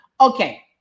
Okay